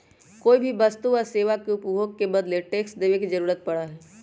कोई वस्तु या सेवा के उपभोग के बदले टैक्स देवे के जरुरत पड़ा हई